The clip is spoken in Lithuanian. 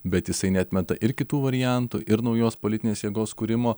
bet jisai neatmeta ir kitų variantų ir naujos politinės jėgos kūrimo